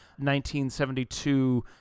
1972